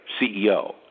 CEO